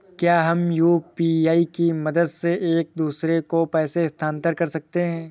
क्या हम यू.पी.आई की मदद से एक दूसरे को पैसे स्थानांतरण कर सकते हैं?